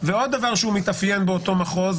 ועוד דבר שמתאפיין אותו מחוז,